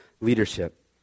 leadership